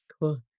Cool